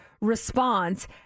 response